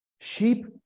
Sheep